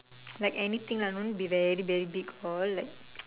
like anything lah no need to be very very big all like